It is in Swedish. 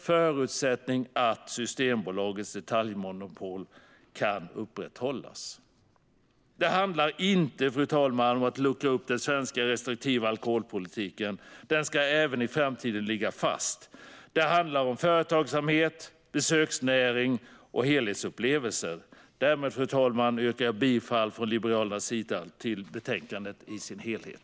Fru talman! Det handlar inte om att luckra upp den svenska restriktiva alkoholpolitiken. Den ska även i framtiden ligga fast. Det handlar om företagsamhet, besöksnäring och helhetsupplevelser. Därmed yrkar jag bifall till förslaget i betänkandet i dess helhet.